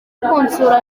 kunsura